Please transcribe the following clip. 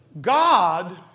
God